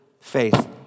faith